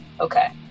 Okay